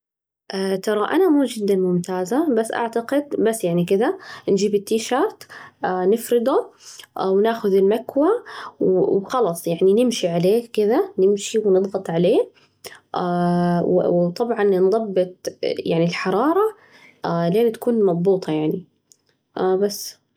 ترى أنا مو جدًا ممتازة، بس أعتقد، بس يعني كذا نجيب التيشيرت نفرده، وناخذ المكوى، وخلاص يعني نمشي عليه كذا، نمشي ونضغط عليه، وطبعًا نضبط يعني الحرارة لين تكون مضبوطة يعني بس.